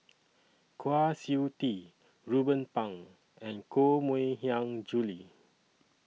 Kwa Siew Tee Ruben Pang and Koh Mui Hiang Julie